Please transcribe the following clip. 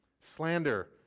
slander